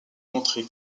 montrer